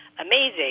amazing